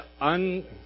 un